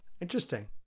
interesting